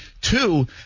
Two